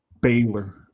Baylor